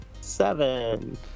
Seven